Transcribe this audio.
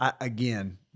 Again